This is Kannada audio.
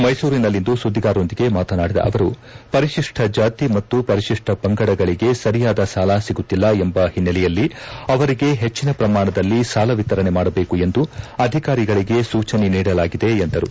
ಮೈಸೂರಿನಲ್ಲಿಂದು ಸುದ್ದಿಗಾರರೊಂದಿಗೆ ಮಾತನಾಡಿದ ಅವರು ಪರಿಶಿಷ್ಟ ಜಾತಿ ಮತ್ತು ಪರಿಶಿಷ್ಟ ಪಂಗಡಿಗಳಿಗೆ ಸರಿಯಾದ ಸಾಲ ಸಿಗುತ್ತಿಲ್ಲ ಎಂಬ ಹಿನ್ನೆಲೆಯಲ್ಲಿ ಅವರಿಗೆ ಹೆಚ್ಚನ ಪ್ರಮಾಣದಲ್ಲಿ ಸಾಲ ವಿತರಣೆ ಮಾಡಬೇಕು ಎಂದು ಅಧಿಕಾರಿಗಳಿಗೆ ಸೂಚನೆ ನೀಡಲಾಗಿದೆ ಎಂದರು